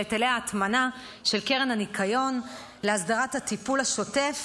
היטלי ההטמנה של קרן הניקיון להסדרת הטיפול השוטף.